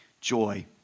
joy